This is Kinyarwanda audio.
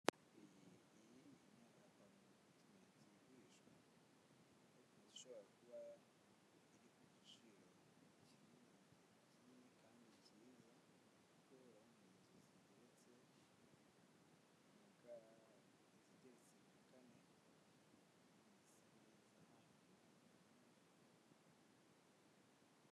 aka ikintu cyigisha yashoboraga kuba igiciro kandi cyiza kubera inzotuzigezegana